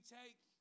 take